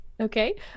Okay